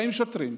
באים שוטרים,